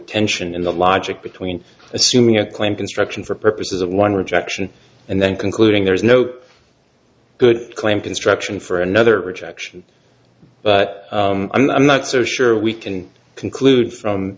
tension in the logic between assuming a claim construction for purposes of one rejection and then concluding there is no good claim construction for another rejection but i'm not so sure we can conclude from